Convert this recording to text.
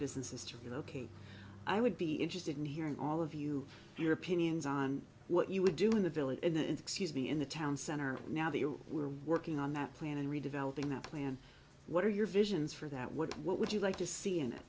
businesses to relocate i would be interested in hearing all of you your opinions on what you would do in the village and excuse me in the town center now that you were working on that plan and redeveloping that plan what are your visions for that would what would you like to see in it